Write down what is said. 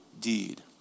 deed